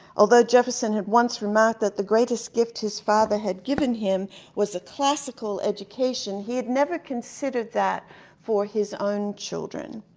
although jefferson once remarked that the greatest gift his father had given him was a classical education, he had never considered that for his own children.